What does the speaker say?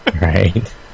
Right